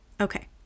Okay